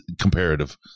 comparative